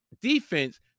defense